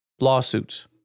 lawsuits